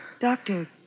Doctor